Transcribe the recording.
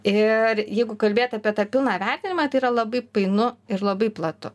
ir jeigu kalbėt apie tą pilną vertinimą tai yra labai painu ir labai platu